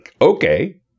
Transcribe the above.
Okay